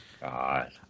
God